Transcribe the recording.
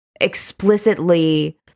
explicitly